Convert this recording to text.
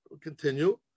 continue